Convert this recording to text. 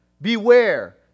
beware